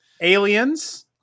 Aliens